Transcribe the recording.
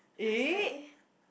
I was like eh